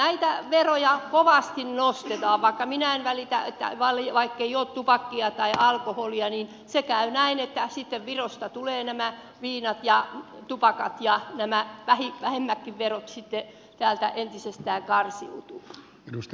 jos näitä veroja kovasti nostetaan vaikka minä en välitä vaikkei ole tupakkia tai alkoholia niin se käy näin että sitten virosta tulevat nämä viinat ja tupakat ja nämä vähemmätkin verot sitten täältä entisestään karsiutuvat